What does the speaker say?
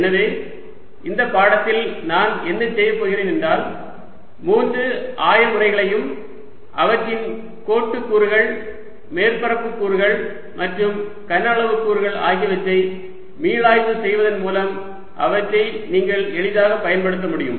எனவே இந்த பாடத்தில் நான் என்ன செய்யப்போகிறேன் என்றால் மூன்று ஆய முறைகளையும் அவற்றின் கோட்டு கூறுகள் மேற்பரப்பு கூறுகள் மற்றும் கன அளவு கூறுகள் ஆகியவற்றை மீளாய்வு செய்வதன் மூலம் அவற்றை நீங்கள் எளிதாகப் பயன்படுத்த முடியும்